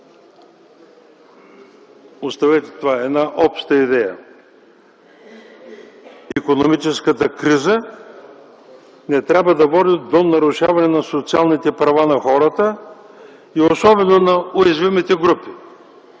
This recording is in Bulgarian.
Оставете това. Една обща идея - икономическата криза не трябва да води до нарушаване на социалните права на хората и особено на уязвимите групи.